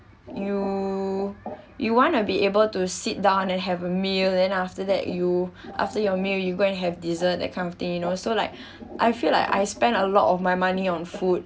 you you wanna be able to sit down and then have a meal then after that you after your meal you go and have dessert that kind of thing you know so like I feel like I spend a lot of my money on food